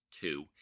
two